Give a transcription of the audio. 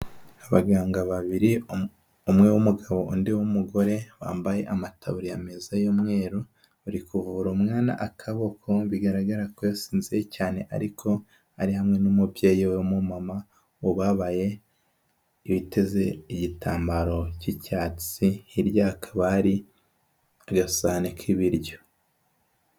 Abaganga babiri, umwe w'umugabo undi w'umugore, bambaye amataburiya meza y'umweru, bari kuvura umwana akaboko, bigaragara ko yasinziriye cyane ariko, ari hamwe n'umubyeyi we mama ubabaye, witeze igitambaro cy'icyatsi, hirya hakaba hari agasahani k'ibiryo.